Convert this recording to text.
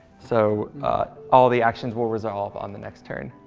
so all the actions will resolve on the next turn.